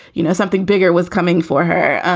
you know, something bigger was coming for her.